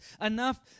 enough